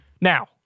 Now